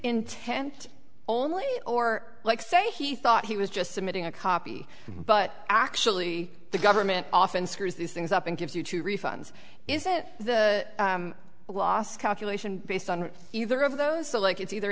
intent only or like say he thought he was just submitting a copy but actually the government often screws these things up and gives you two refunds is it the last calculation based on either of those the like it's either